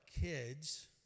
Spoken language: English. kids